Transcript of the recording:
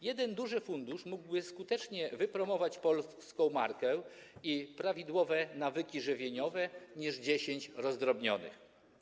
Jeden duży fundusz mógłby skuteczniej wypromować polską markę i prawidłowe nawyki żywieniowe niż 10 rozdrobnionych.